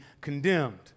condemned